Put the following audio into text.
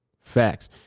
Facts